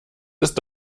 ist